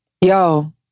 Yo